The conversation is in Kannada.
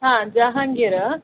ಹಾಂ ಜಹಂಗೀರಾ